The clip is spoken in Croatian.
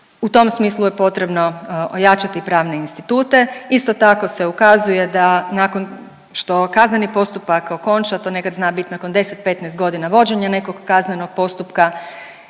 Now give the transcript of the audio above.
U tom smislu je potrebno ojačati pravne institute, isto tako se ukazuje da nakon što kazneni postupak okonča, to nekad zna bit nakon 10-15.g. vođenja nekog kaznenog postupka,